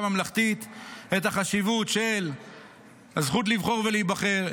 ממלכתית את החשיבות של הזכות לבחור ולהיבחר,